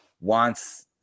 wants